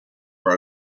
part